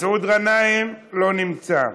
מסעוד גנאים, לא נמצא,